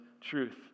truth